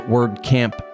WordCamp